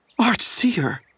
Archseer